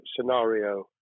scenario